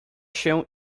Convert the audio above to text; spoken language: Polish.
się